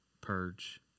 purge